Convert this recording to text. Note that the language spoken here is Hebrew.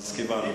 אז כיוונת.